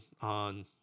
on